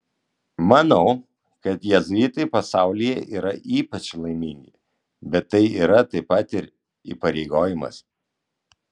manau kad jėzuitai pasaulyje yra ypač laimingi bet tai yra taip pat ir įpareigojimas